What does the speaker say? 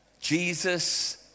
Jesus